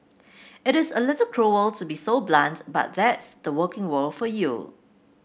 it is a little cruel to be so blunt but that's the working world for you